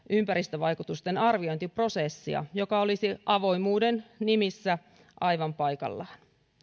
ympäristövaikutusten arviointiprosessia joka olisi avoimuuden nimissä aivan paikallaan